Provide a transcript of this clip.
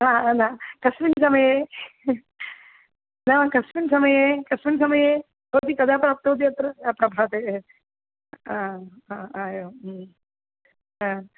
हा न कस्मिन् समये न कस्मिन् समये कस्मिन् समये भवती कदा प्राप्तवती अत्र प्रभाते ए आ आ हा एवं हा